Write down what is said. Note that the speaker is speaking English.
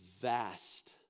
vast